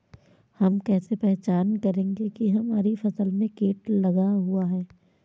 हम कैसे पहचान करेंगे की हमारी फसल में कीट लगा हुआ है?